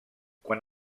quan